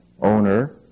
owner